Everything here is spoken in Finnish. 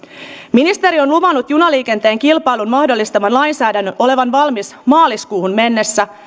ministeri on luvannut junaliikenteen kilpailun mahdollistavan lainsäädännön olevan valmis maaliskuuhun mennessä